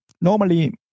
Normally